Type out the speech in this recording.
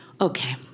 okay